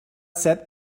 said